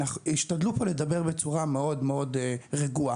השתדלו פה לדבר בצורה מאוד מאוד רגועה,